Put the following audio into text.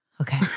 Okay